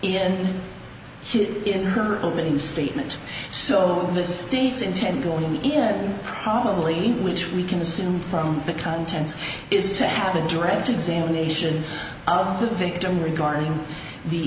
his in her opening statement so this state's intent on him probably which we can assume from the contents is to have a direct examination of the victim regarding the